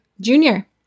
Junior